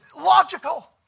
logical